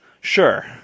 Sure